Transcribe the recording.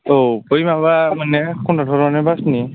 औ बै माबा माने कन्दाक्ट'रना नों बासनि